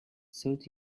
suit